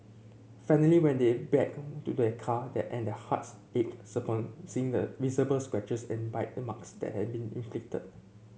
finally when they back to their car that and their hearts ached seeing the visible scratches and bite remarks that had been inflicted